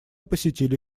посетили